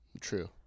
True